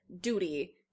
duty